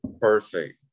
Perfect